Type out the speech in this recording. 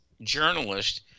journalist